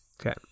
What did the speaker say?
Okay